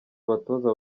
abatoza